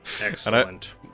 Excellent